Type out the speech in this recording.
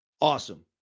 awesome